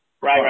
right